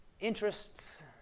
interests